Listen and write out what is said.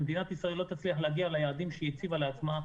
ומדינת ישראל לא תצליח להגיע ליעדים שהיא הציבה לעצמה,